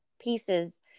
pieces